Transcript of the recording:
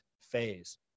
phase